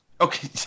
Okay